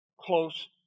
close